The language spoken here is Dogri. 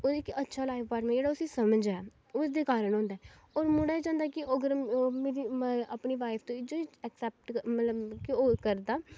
ओह्दा कि अच्छा लाइफ पार्टनर ओह् जेह्ड़ा कि उसी समझे ओह इसदे कारण होंदा ऐ होर मुडे़ च होंदा कि ओह् अगर अपनी वाइफ तू इज्जत असेप्ट मतलब कि ओह करदा